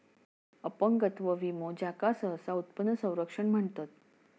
अपंगत्व विमो, ज्याका सहसा उत्पन्न संरक्षण म्हणतत